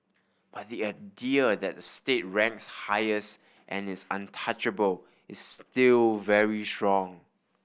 but the idea that the state ranks highest and is untouchable is still very strong